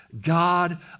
God